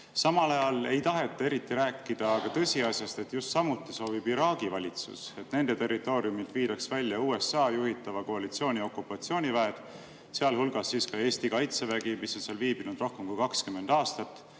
Samal ajal ei taheta eriti rääkida aga tõsiasjast, et just samuti soovib Iraagi valitsus, et nende territooriumilt viidaks välja USA juhitava koalitsiooni okupatsiooniväed, sealhulgas Eesti kaitsevägi, mis on seal viibinud rohkem kui 20 aastat,